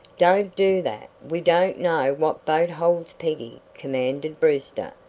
don't do that! we don't know what boat holds peggy, commanded brewster.